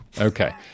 Okay